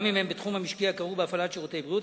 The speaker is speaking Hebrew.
גם אם הם בתחום המשקי הכרוך בהפעלת שירותי בריאות,